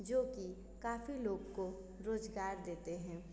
जो कि काफ़ी लोग को रोज़गार देते हैं